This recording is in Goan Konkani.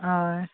हय